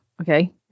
Okay